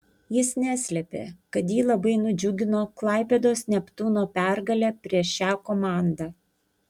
jis neslėpė kad jį labai nudžiugino klaipėdos neptūno pergalė prieš šią komandą